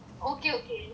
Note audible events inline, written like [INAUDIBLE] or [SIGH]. [LAUGHS]